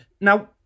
Now